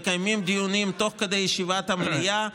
מקיימים דיונים תוך כדי ישיבת המליאה,